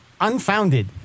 Unfounded